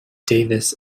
davis